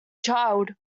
child